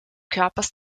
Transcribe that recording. körpers